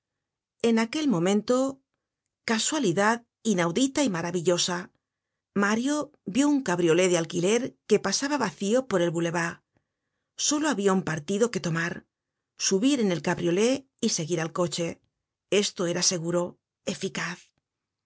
en aquel monto casualidad inaudita y maravillosa mario vió un cabriolé de alquiler que pasaba vacio por el boulevard solo habia un partido que tomar subir en el cabriolé y seguir al coche esto era seguro eficaz